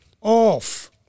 off